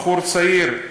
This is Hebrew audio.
בחור צעיר,